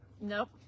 Nope